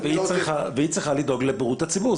היא צריכה לדאוג לבריאות הציבור.